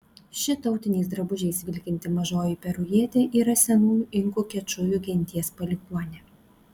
ši tautiniais drabužiais vilkinti mažoji perujietė yra senųjų inkų kečujų genties palikuonė